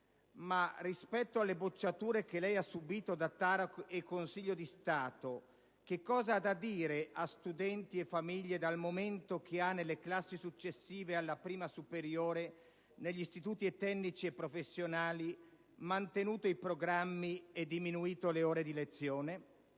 ma rispetto alle bocciature che lei ha subìto da TAR e Consiglio di Stato, che cosa ha da dire a studenti e famiglie dal momento che nelle classi successive alla prima superiore negli istituti tecnici e professionali ha mantenuto i programmi e diminuito le ore di lezione?